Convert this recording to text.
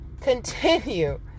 continue